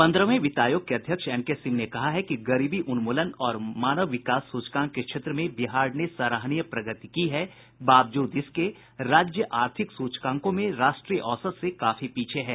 पंद्रहवें वित्त आयोग के अध्यक्ष एनके सिंह ने कहा है कि गरीबी उन्मूलन और मानव विकास सूचकांक के क्षेत्र में बिहार ने सराहनीय प्रगति की है बावजूद इसके राज्य आर्थिक सूचकांकों में राष्ट्रीय औसत से काफी पीछे है